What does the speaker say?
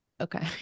Okay